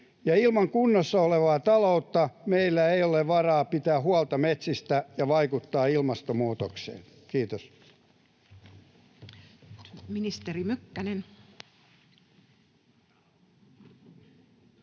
ilman kunnossa olevaa taloutta meillä ei ole varaa pitää huolta metsistä ja vaikuttaa ilmastonmuutokseen. — Kiitos.